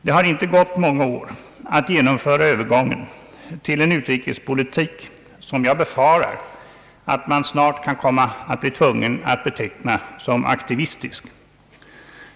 Det har inte tagit många år att ge nomföra övergången till en utrikespolitik, som jag befarar att man snart kan komma att bli tvungen att kalla aktivistisk.